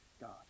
God